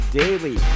daily